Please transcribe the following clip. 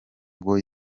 bwo